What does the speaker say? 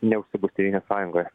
neužsibus tėvynės sąjungoje